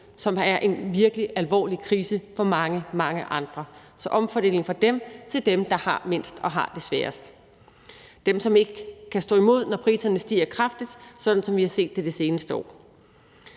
som er en virkelig alvorlig krise for mange, mange andre. Så det er en omfordeling fra dem til dem, der har mindst og har det sværest, altså dem, som ikke kan stå imod, når priserne stiger kraftigt, sådan som vi har set det seneste år.